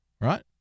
Right